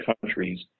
countries